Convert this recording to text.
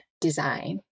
design